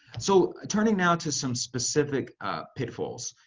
so turning now to some specific pitfalls.